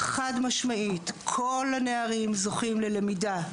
חד משמעית כל הנערים זוכים ללמידה,